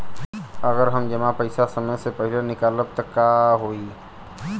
अगर हम जमा पैसा समय से पहिले निकालब त का होई?